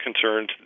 concerns